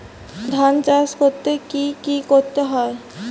ধান চাষ করতে কি কি করতে হয়?